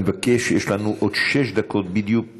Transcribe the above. אני מבקש, יש לנו עוד שש דקות בדיוק.